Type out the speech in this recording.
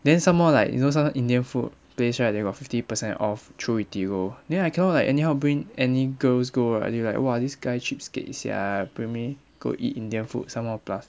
then some more like you know some indian food place right they got fifty percent off through eating then I cannot like anyhow bring any girls go right you like !wah! this guy cheapskate sia bring me go eat indian food some more plus